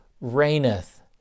reigneth